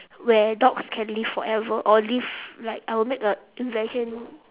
where dogs can live forever or live like I will make a invention